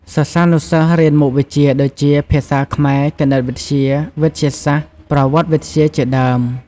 សិស្សានុសិស្សរៀនមុខវិជ្ជាដូចជា ភាសាខ្មែរ គណិតវិទ្យា វិទ្យាសាស្ត្រ ប្រវត្តិវិទ្យា ជាដើម។